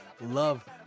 love